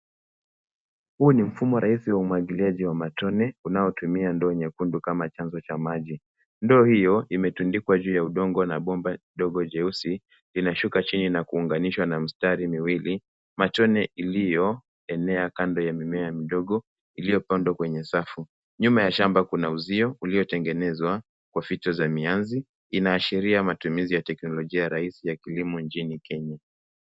Huu ni mfumo rahisi wa umwagiliaji wa matone unaotumia ndoo nyekundu kama chanzo cha maji. Ndoo hiyo imetundikwa juu ya udongo na bomba dogo jeusi inashuka chini na kuunganishwa na mistari miwili. Matone iliyoenea kando ya mimea midogo iliyopandwa kwenye safu. Nyuma ya shamba kuna uzio uliotengenezwa kwa fito za mianzi inaashiria matumizi ya teknolojia rahisi nchini Kenya